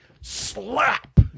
slap